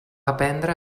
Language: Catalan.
aprendre